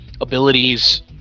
abilities